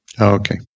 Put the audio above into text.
Okay